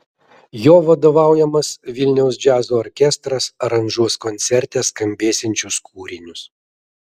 jo vadovaujamas vilniaus džiazo orkestras aranžuos koncerte skambėsiančius kūrinius